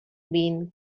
been